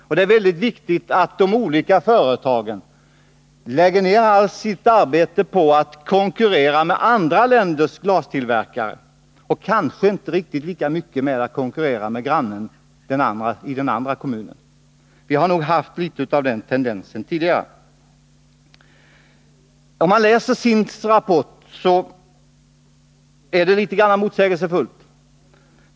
Och det är mycket viktigt att de olika företagen lägger ned allt arbete på att konkurrera med andra länders glastillverkare och kanske inte riktigt lika mycket på att konkurrera med grannen i den andra kommunen. Vi har nog haft litet åv den tendensen. SIND:s rapporter är litet motsägelsefulla.